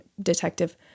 Detective